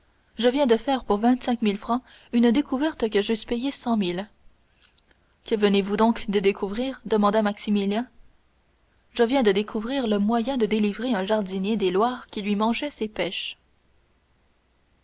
je viens de faire pour vingt-cinq mille francs une découverte que j'eusse payée cent mille que venez-vous donc de découvrir demanda maximilien je viens de découvrir le moyen de délivrer un jardinier des loirs qui lui mangeaient ses pêches